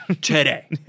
Today